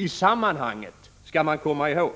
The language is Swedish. I sammanhanget skall man komma ihåg